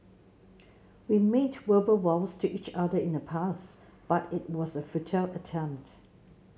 we made verbal vows to each other in the past but it was a futile attempt